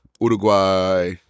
Uruguay